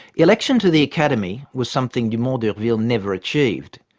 election to the academy was something dumont d'urville never achieved.